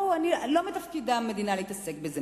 לא מתפקיד המדינה להתעסק בזה.